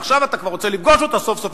ועכשיו אתה כבר רוצה לפגוש אותה סוף-סוף,